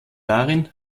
darin